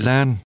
Lan